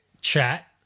chat